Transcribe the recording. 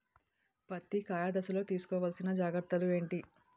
పత్తి కాయ దశ లొ తీసుకోవల్సిన జాగ్రత్తలు ఏంటి?